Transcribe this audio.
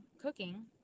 cooking